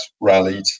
rallied